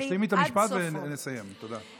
תשלימי את המשפט ונסיים, תודה.